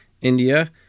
India